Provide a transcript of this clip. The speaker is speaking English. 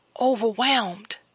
overwhelmed